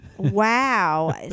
Wow